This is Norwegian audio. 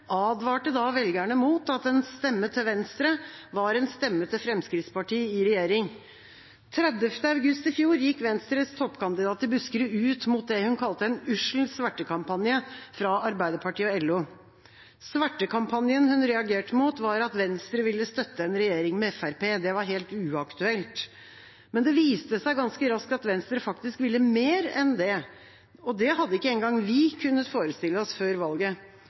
advarte da velgerne om at en stemme til Venstre var en stemme til Fremskrittspartiet i regjering. 30. august gikk Venstres toppkandidat i Buskerud ut mot det hun kalte en ussel svertekampanje fra Arbeiderpartiet og LO. «Svertekampanjen» hun reagerte mot, var at Venstre ville støtte en regjering med Fremskrittspartiet – det var helt uaktuelt. Men det viste seg ganske raskt at Venstre faktisk ville mer enn det, og det hadde ikke engang vi kunnet forestille oss før valget.